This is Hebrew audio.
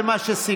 זה מה שסיכמו.